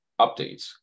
updates